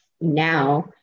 now